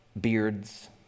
beards